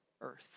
earth